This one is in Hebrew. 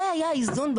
זה היה האיזון.